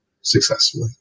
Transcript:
successfully